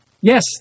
yes